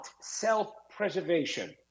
self-preservation